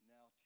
Now